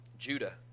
Judah